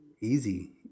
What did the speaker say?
easy